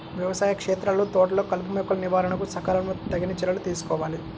వ్యవసాయ క్షేత్రాలు, తోటలలో కలుపుమొక్కల నివారణకు సకాలంలో తగిన చర్యలు తీసుకోవాలి